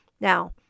Now